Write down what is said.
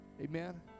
Amen